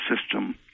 system